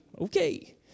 okay